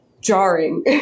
jarring